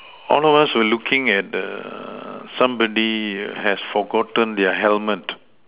all of us were looking at the somebody has forgotten his helmet